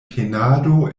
penado